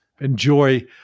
enjoy